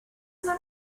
not